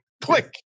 click